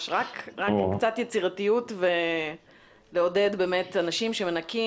זמיר, ולכל המשתתפים בדיון.